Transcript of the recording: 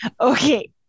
okay